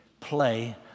play